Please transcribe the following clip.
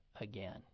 again